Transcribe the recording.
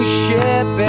ship